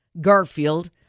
Garfield